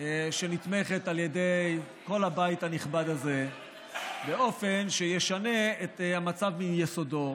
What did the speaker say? שנתמכת על ידי כל הבית הנכבד הזה באופן שישנה את המצב מיסודו.